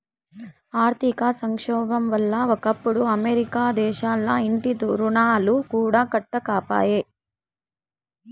ఆర్థిక సంక్షోబం వల్ల ఒకప్పుడు అమెరికా దేశంల ఇంటి రుణాలు కూడా కట్టకపాయే